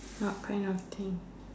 what kind of thing